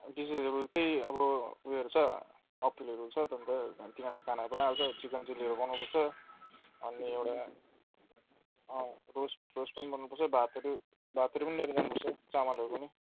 dishes अब त्यही अब ऊ योहरू छ हरू छ त्यही अनि त तिनीहरूले खानाहरू बनाइहाल्छ चिकन चिल्लीहरू बनाएको छ अनि एउटा रोस्ट रोस्ट पनि बनाउनुपर्छ भातहरू भातहरू पनि लिएर जानुपर्छ चामलहरू पनि